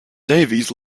davies